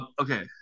Okay